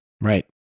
Right